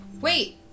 Wait